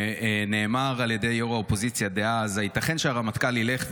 נאמר על ידי ראש האופוזיציה דאז: "הייתכן כי הרמטכ"ל ילך,